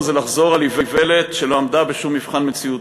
זה לחזור על איוולת שלא עמדה בשום מבחן מציאותי.